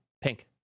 pink